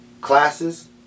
classes